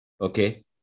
Okay